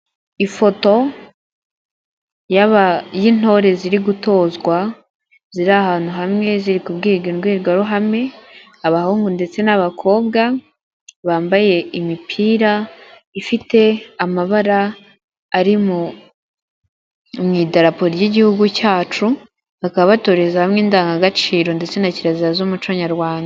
Ifoto y'intore ziri gutozwa, ziri ahantu hamwe ziri kubwi imbwirwaruhame, abahungu ndetse n'abakobwa bambaye imipira ifite amabara ari mu idarapo ry'igihugu cyacu, bakaba batoreza hamwe indangagaciro ndetse na kirazira z'umuco nyarwanda.